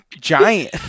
giant